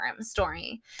story